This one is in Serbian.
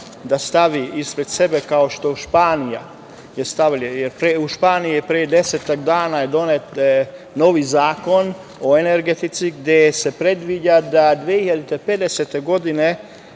da stavi ispred sebe, kao što je Španija stavila. U Španiji je pre desetak dana donet novi Zakon o energetici gde se predviđa da će 2050. godine